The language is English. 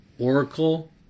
Oracle